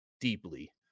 deeply